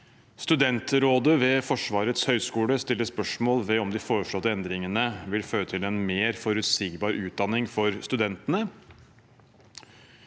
Studentrådet ved Forsvarets høgskole stiller spørsmål ved om de foreslåtte endringene vil føre til en mer forutsigbar utdanning for studentene.